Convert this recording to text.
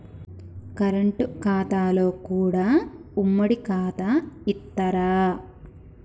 Current ఖాతాలో కూడా ఉమ్మడి ఖాతా ఇత్తరా?